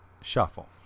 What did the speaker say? Shuffle